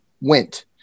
went